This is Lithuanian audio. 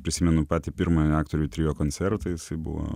prisimenu patį pirmąjį aktorių trio koncertą jisai buvo